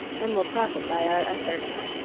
and will profit by our efforts.